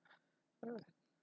uh